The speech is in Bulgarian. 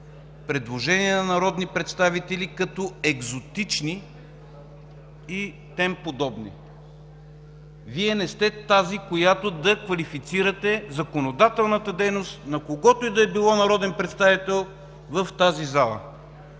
предложения на народни представители като „екзотични” и тем подобни. Вие не сте тази, която да квалифицирате законодателната дейност на който и да е било народен представител в тази зала.